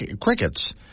crickets